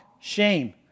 shame